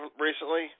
recently